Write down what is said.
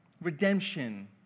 Redemption